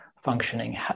functioning